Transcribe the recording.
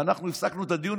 ואנחנו הפסקנו את הדיון,